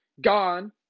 Gone